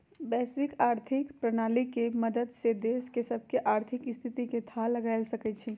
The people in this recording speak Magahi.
वैश्विक आर्थिक प्रणाली के मदद से देश सभके आर्थिक स्थिति के थाह लगाएल जा सकइ छै